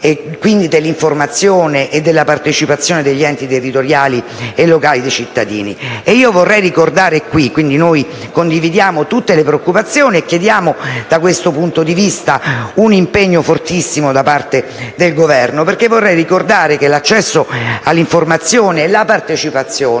e, quindi, dell'informazione e della partecipazione degli enti territoriali e locali dei cittadini si dilata nel tempo. Noi condividiamo tutte le preoccupazioni e chiediamo, da questo punto di vista, un impegno fortissimo da parte del Governo. Vorrei ricordare che l'accesso all'informazione e la partecipazione